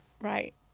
right